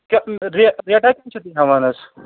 رِ ریٹا کیاہ چھِو تُہۍ ہیٚوان حظ